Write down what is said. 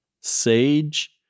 sage